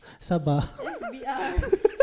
SBR